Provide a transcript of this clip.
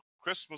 Christmas